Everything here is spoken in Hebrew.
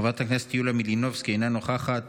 חברת הכנסת יוליה מלינובסקי אינה נוכחת,